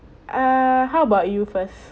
uh how about you first